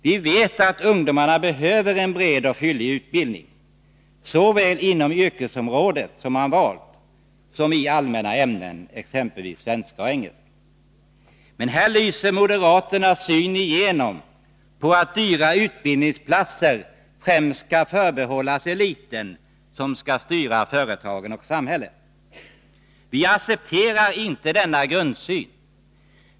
Vi vet att ungdomarna behöver en bred och fyllig utbildning såväl inom det yrkesområde de har valt som i allmänna ämnen, exempelvis svenska och engelska. Men här lyser moderaternas syn igenom, att dyra utbildningsplatser främst skall förbehållas eliten, som skall styra företagen och samhället. Vi accepterar inte denna grundsyn.